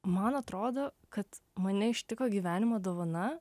man atrodo kad mane ištiko gyvenimo dovana